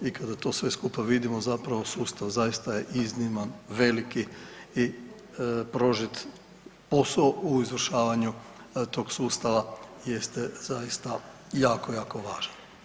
I kada to sve skupa vidimo zapravo sustav zaista je izniman, veliki i prožet posao u izvršavanju tog sustava jeste zaista jako, jako važan.